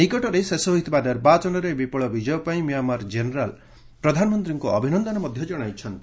ନିକଟରେ ଶେଷ ହୋଇଥିବା ନିର୍ବାଚନରେ ବିପୁଳ ବିଜୟ ପାଇଁ ମିଆଁମାର ଜେନେରାଲ୍ ପ୍ରଧାନମନ୍ତ୍ରୀଙ୍କୁ ଅଭିନନ୍ଦନ ଜଣାଇଛନ୍ତି